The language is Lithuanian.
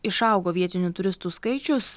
išaugo vietinių turistų skaičius